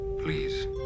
Please